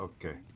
Okay